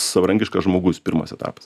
savarankiškas žmogus pirmas etapas